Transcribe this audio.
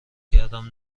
کردم